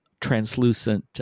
translucent